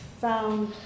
found